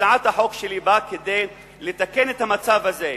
הצעת החוק שלי באה כדי לתקן את המצב הזה,